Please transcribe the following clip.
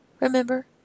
Remember